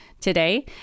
today